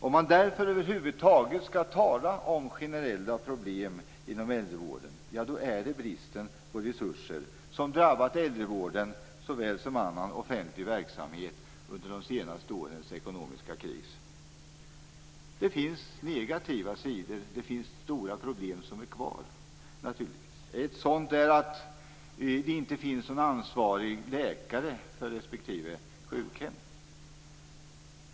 Om man därför över huvud taget skall tala om generella problem är det bristen på resurser, som drabbat äldrevården såväl som annan offentlig verksamhet under de senaste årens ekonomiska kris. Det finns negativa sidor, och stora problem kvarstår naturligtvis. Ett sådant är att det inte finns någon ansvarig läkare för respektive sjukhem.